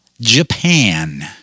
Japan